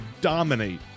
dominate